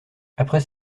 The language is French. après